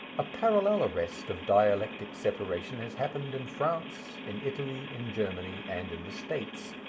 a parallel arrest of dialectic separation has happened in france, in italy, in germany, and in the states.